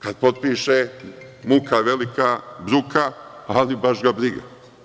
Kada potpiše muka velika, bruka, ali baš ga briga.